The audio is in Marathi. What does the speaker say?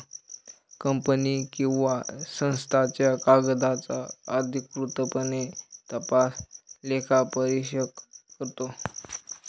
कंपनी किंवा संस्थांच्या कागदांचा अधिकृतपणे तपास लेखापरीक्षक करतो